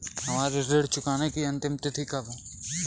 हमारी ऋण चुकाने की अंतिम तिथि कब है?